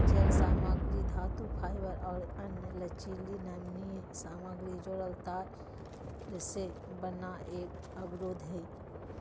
जालसामग्री धातुफाइबर और अन्य लचीली नमनीय सामग्री जोड़ल तार से बना एगो अवरोध हइ